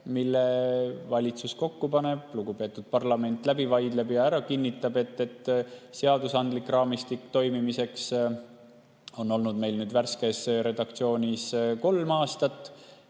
mille valitsus kokku paneb, lugupeetud parlament läbi vaidleb ja ära kinnitab. Seadusandlik raamistik toimimiseks on olnud meil värskes redaktsioonis kolm aastat.